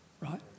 right